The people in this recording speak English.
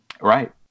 Right